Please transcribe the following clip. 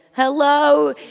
hello.